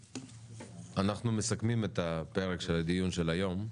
אנחנו מסכמים את פרק הדיון של היום.